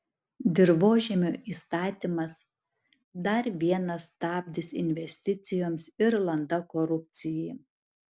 dirvožemio įstatymas dar vienas stabdis investicijoms ir landa korupcijai